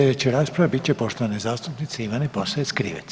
Slijedeća rasprava bit će poštovane zastupnice Ivane Posavec Krivec,